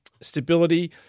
Stability